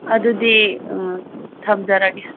ꯑꯗꯨꯗꯤ ꯊꯝꯖꯔꯒꯦ